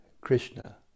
Krishna